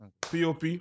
POP